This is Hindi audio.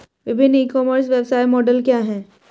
विभिन्न ई कॉमर्स व्यवसाय मॉडल क्या हैं?